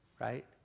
right